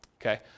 okay